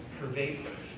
pervasive